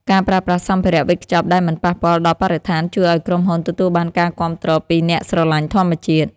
ការប្រើប្រាស់សម្ភារៈវេចខ្ចប់ដែលមិនប៉ះពាល់ដល់បរិស្ថានជួយឱ្យក្រុមហ៊ុនទទួលបានការគាំទ្រពីអ្នកស្រឡាញ់ធម្មជាតិ។